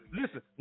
listen